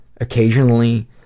occasionally